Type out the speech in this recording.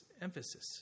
emphasis